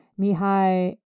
Mihai